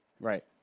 Right